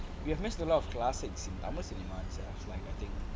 we have missed a lot of classic in our cinema it's like I think